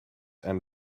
and